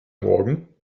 morgen